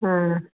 हाँ